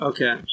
Okay